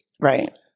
Right